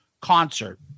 concert